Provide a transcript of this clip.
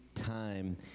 time